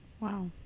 Wow